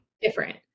different